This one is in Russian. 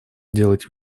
делать